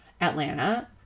Atlanta